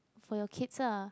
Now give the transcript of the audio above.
for your kids ah